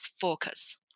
focus